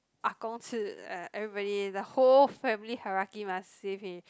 ah-gong 吃 uh everybody the whole family hierarchy must say finish